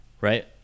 right